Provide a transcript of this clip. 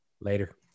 Later